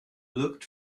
looked